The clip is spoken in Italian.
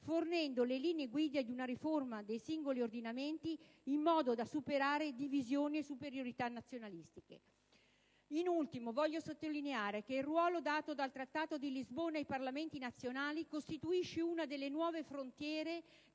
fornendo le linee guida di una riforma dei singoli ordinamenti, in modo da superare divisioni e superiorità nazionalistiche. In ultimo, voglio sottolineare che il ruolo dato dal Trattato di Lisbona ai Parlamenti nazionali costituisce una delle nuove frontiere